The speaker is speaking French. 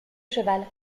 cheval